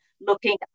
looking